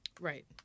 Right